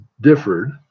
differed